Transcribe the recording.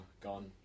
gone